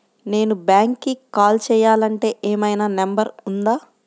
నేను బ్యాంక్కి కాల్ చేయాలంటే ఏమయినా నంబర్ ఉందా?